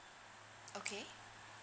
okay